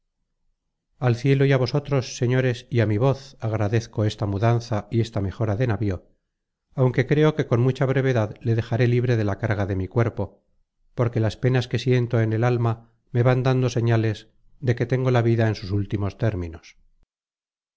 al cielo y á vosotros señores y á mi voz agradezco esta mudanza y esta mejora de navío aunque creo que con mucha brevedad le dejaré libre de la carga de mi cuerpo porque las penas que siento en el alma me van dando señales de que tengo la vida en sus últimos términos